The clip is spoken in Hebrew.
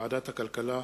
ועדת הכלכלה,